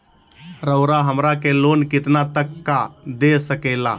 रउरा हमरा के लोन कितना तक का दे सकेला?